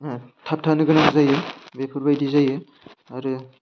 थाबथानो गोनां जायो बेफोरबायदि जायो आरो